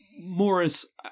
Morris